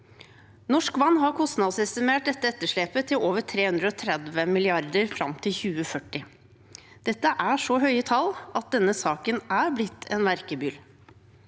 Norsk Vann har kostnadsestimert dette etterslepet til over 330 mrd. kr fram til 2040. Dette er så høye tall at denne saken er blitt en verkebyll.